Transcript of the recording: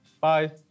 Bye